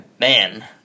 Man